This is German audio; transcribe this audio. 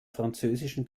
französischen